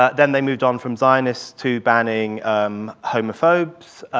ah then they moved on from zionists to banning um homophobes,